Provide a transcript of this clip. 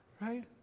right